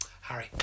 Harry